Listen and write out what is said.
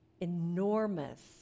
enormous